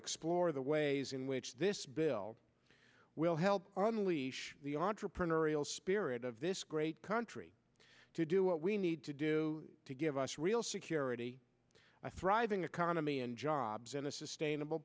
explore the ways in which this bill will help unleash the entrepreneurial spirit of this great country to do what we need to do to give us real security a thriving economy and jobs in a sustainable